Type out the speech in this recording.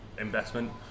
investment